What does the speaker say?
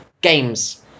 Games